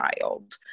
child